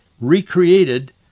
recreated